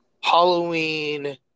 Halloween